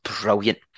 brilliant